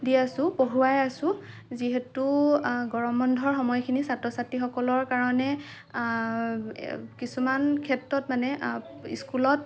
দি আছোঁ পঢ়ুৱাই আছোঁ যিহেতু গৰম বন্ধৰ সময়খিনি ছাত্ৰ ছাত্ৰীসকলৰ কাৰণে কিছুমান ক্ষেত্ৰত মানে স্কুলত